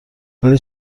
ولی